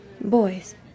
Boys